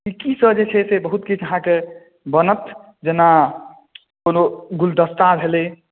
सिक्की सँ जे छै से बहुत किछु अहाँके बनत जेना कोनो गुलदस्ता भेलै